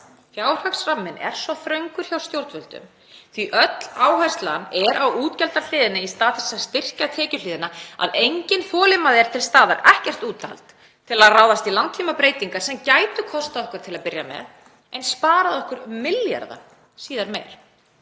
Fjárhagsramminn er svo þröngur hjá stjórnvöldum því að öll áherslan er á útgjaldahliðinni í stað þess að styrkja tekjuhliðina að engin þolinmæði er til staðar, ekkert úthald til að ráðast í langtímabreytingar sem gætu kostað okkur til að byrja með en sparað okkur milljarða síðar meir.